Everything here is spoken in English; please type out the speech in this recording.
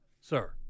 sir